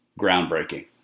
groundbreaking